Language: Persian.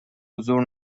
حضور